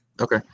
Okay